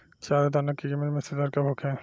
चारा दाना के किमत में सुधार कब होखे?